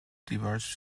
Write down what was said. diverge